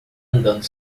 andando